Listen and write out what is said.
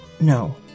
no